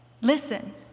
listen